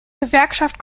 gewerkschaft